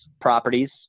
properties